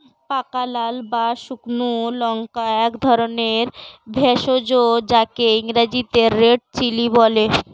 পাকা লাল বা শুকনো লঙ্কা একধরনের ভেষজ যাকে ইংরেজিতে রেড চিলি বলে